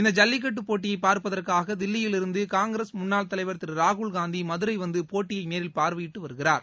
இந்த ஜல்லிக்கட்டு போட்டியை பார்ப்பதற்காக தில்லியில் இருந்து காங்கிரஸ் முன்னாள் தலைவர் திரு ராகுல்காந்தி மதுரை வந்து போட்டியை நேரில் பார்வையிட்டு வருகிறார்